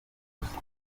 gusa